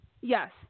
Yes